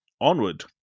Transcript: onward